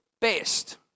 best